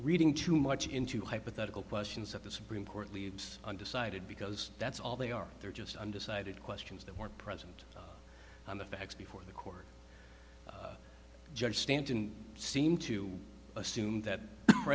reading too much into hypothetical questions that the supreme court leaves undecided because that's all they are they're just undecided questions that were present on the facts before the court judge stanton seem to assume that